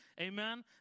Amen